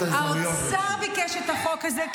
האוצר ביקש את החוק הזה.